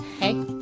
Hey